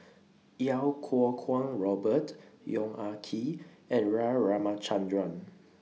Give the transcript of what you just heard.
Iau Kuo Kwong Robert Yong Ah Kee and Ra Ramachandran